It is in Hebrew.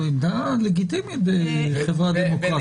זו עמדה לגיטימית בחברה דמוקרטית.